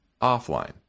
offline